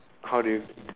how do you